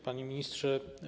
Panie Ministrze!